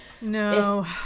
no